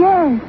Yes